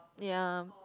ya